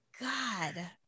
God